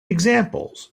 examples